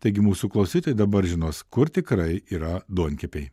taigi mūsų klausytojai dabar žinos kur tikrai yra duonkepiai